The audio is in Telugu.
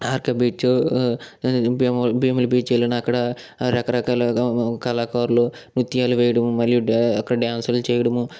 RK beach Bhimavaram Bheemli beach వెళ్ళినా అక్కడ రకరకాల కళాకారులు నృత్యాలు వెయ్యడం మరియు డ్రా అక్కడ డ్యాన్సులు చేయడము